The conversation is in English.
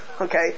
Okay